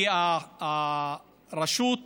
כי הרשות